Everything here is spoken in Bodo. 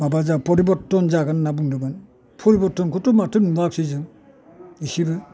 माबा फरिबरथ'न जागोन होनना बुंदोंमोन फरिबरथ'न खौथ' माथो नुवाखैसै जों इसेबो